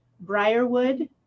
Briarwood